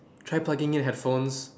try plugging in headphones